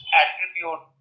attribute